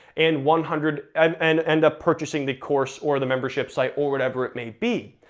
and one hundred um and end up purchasing the course, or the membership site, or whatever it may be.